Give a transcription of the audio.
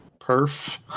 perf